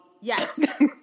Yes